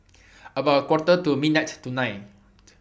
about A Quarter to midnight tonight